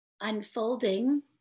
unfolding